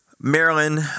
Maryland